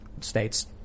states